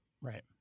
Right